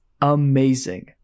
amazing